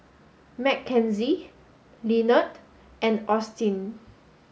Mckenzie Lenard and Austyn